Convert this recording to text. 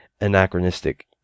anachronistic